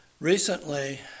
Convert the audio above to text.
recently